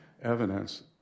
evidence